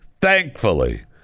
thankfully